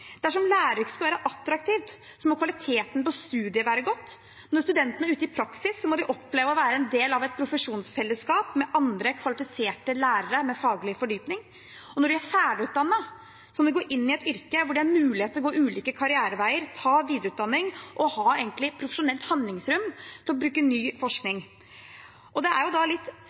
Dersom læreryrket skal være attraktivt, må kvaliteten på studiet være god. Når studentene er ute i praksis, må de oppleve å være en del av et profesjonsfellesskap med andre kvalifiserte lærere med faglig fordypning, og når de er ferdigutdannet, må de gå inn i et yrke hvor det er mulighet til å gå ulike karriereveier, ta videreutdanning og ha et profesjonelt handlingsrom til å bruke ny forskning. Det er jo da litt